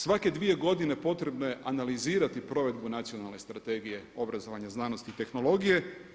Svake dvije godine potrebno je analizirati provedbu Nacionalne strategije obrazovanja, znanosti i tehnologije.